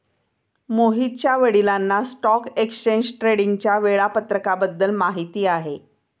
मोहितच्या वडिलांना stock exchange ट्रेडिंगच्या वेळापत्रकाबद्दल माहिती आहे